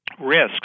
risks